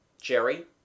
Jerry